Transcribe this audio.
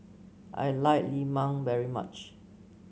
I like Lemang very much